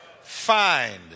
find